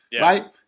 right